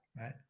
right